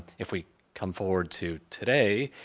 if we come forward to today.